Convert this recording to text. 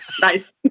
Nice